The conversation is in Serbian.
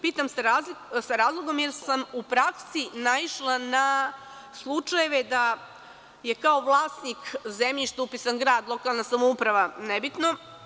Pitam sa razlogom, jer sam u praksi naišla na slučajeve da je kao vlasnik zemljišta upisan grad, lokalna samouprave, nebitno.